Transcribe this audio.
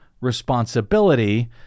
responsibility